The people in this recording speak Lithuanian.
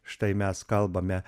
štai mes kalbame